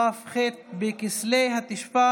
12 חברי כנסת בעד,